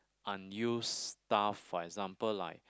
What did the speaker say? unused stuff for example like